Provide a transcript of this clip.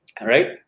Right